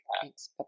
Thanks